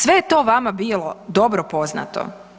Sve je to vama bilo dobro poznato.